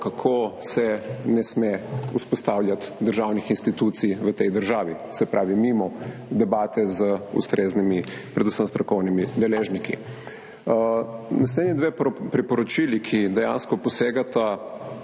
kako se ne sme vzpostavljati državnih institucij v tej državi mimo debate z ustreznimi, predvsem strokovnimi deležniki. Naslednji dve priporočili, ki dejansko posegata